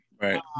Right